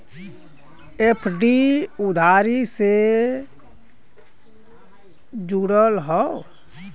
FD उधारी से जुड़ल हौ